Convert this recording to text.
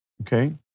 Okay